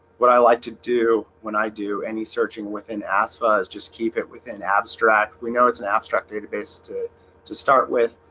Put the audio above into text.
what i like to do when i do any searching within ass was just keep it within abstract we know it's an abstract database to to start with